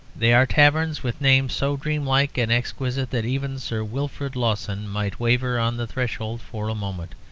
there are taverns with names so dreamlike and exquisite that even sir wilfrid lawson might waver on the threshold for a moment,